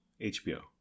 HBO